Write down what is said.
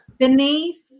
Beneath